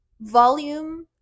volume